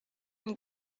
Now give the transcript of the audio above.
une